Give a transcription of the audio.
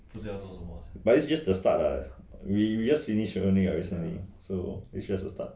but this is just that start lah we we just finish only recently so it's just the start